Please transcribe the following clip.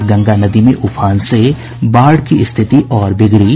और गंगा नदी में उफान से बाढ़ की स्थिति और बिगड़ी